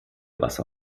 wasser